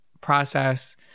process